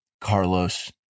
Carlos